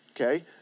okay